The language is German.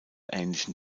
ähnlichen